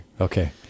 Okay